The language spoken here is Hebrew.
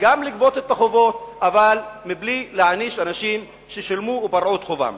לגבות את החובות אבל בלי להעניש אנשים ששילמו ופרעו את חובם.